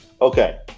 Okay